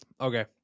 Okay